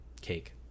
Cake